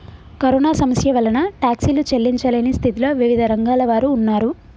corona సమస్య వలన టాక్సీలు చెల్లించలేని స్థితిలో వివిధ రంగాల వారు ఉన్నారు